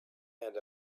and